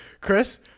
Chris